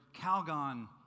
Calgon